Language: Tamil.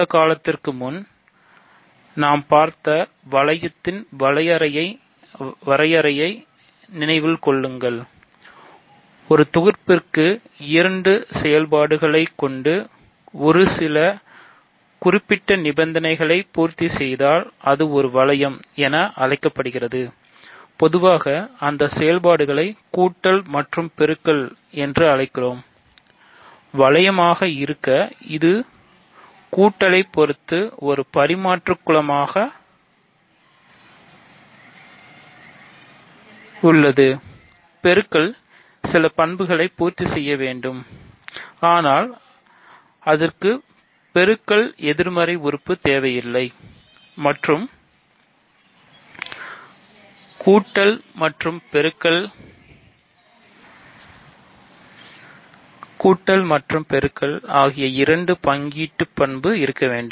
சில காலத்திற்கு முன்பு நாம் பார்த்த வளையத்தின் வரையறையை நினைவில் கொள்ளுங்கள் ஒரு தொகுப்பிற்கு இரண்டு செயல்பாடுகளைக் கொண்டு ஒரு சில குறிப்பிட்ட நிபந்தனைகளை பூர்த்தி செய்தால் அது ஒரு வளையம் உள்ளது பெருக்கல்சில பண்புகளை பூர்த்தி செய்ய வேண்டும் ஆனால் அதற்கு பெருக்கல் எதிர்மறை உறுப்பு தேவையில்லை மற்றும் கூட்டல் மற்றும் பெருக்கல் ஆகிய இரண்டும் பங்கீட்டுப் பண்பு பெற்று இருக்க வேண்டும்